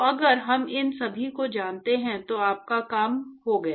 तो अगर हम इन सभी को जानते हैं तो आपका काम हो गया